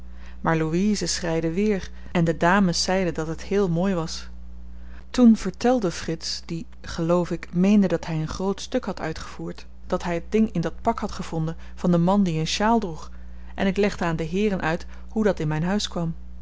maar louise schreide weer en de dames zeiden dat het heel mooi was toen vertelde frits die geloof ik meende dat hy een groot stuk had uitgevoerd dat hy t ding in dat pak had gevonden van den man die een sjaal droeg en ik legde aan de heeren uit hoe dat in myn huis kwam